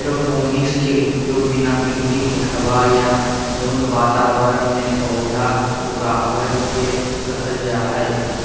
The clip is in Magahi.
एरोपोनिक्स के उपयोग बिना मिट्टी के हवा या धुंध वातावरण में पौधा उगाबे के कहल जा हइ